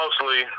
mostly